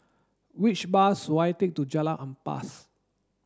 which bus should I take to Jalan Ampas